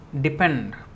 depend